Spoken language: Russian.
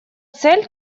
цель